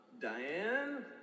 Diane